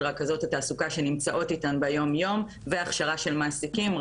רכזות התעסוקה שנמצאות איתן ביומיום והכשרה של מעסיקים,